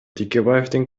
текебаевдин